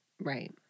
Right